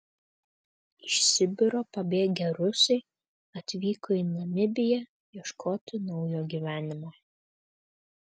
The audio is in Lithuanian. iš sibiro pabėgę rusai atvyko į namibiją ieškoti naujo gyvenimo